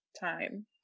time